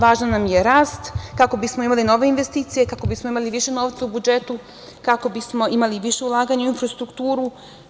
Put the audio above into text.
Važan nam je rast, kako bismo imali nove investicije, kako bismo imali više novca u budžetu, kako bismo imali više ulaganja u infrastrukturu.